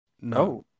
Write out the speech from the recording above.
No